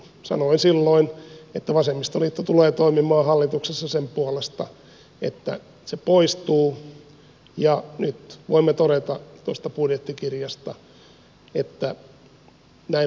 sanoin silloin että vasemmistoliitto tulee toimimaan hallituksessa sen puolesta että se poistuu ja nyt voimme todeta tuosta budjettikirjasta että näin on myös tapahtunut